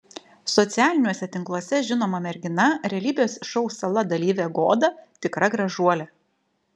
socialiniuose tinkluose žinoma mergina realybės šou sala dalyvė goda tikra gražuolė